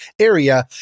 area